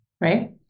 Right